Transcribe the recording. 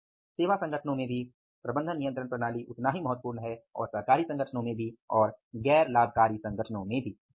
MCS सेवा संगठनों में भी उतना ही महत्वपूर्ण है और सरकारी संगठनो में भी और गैर लाभकारी संगठन में भी